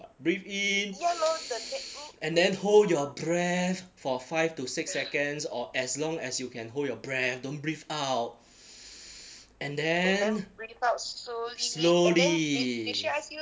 breathe in and then hold your breath for five to six seconds or as long as you can hold your breath don't breathe out and then slowly